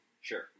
Sure